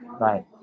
Right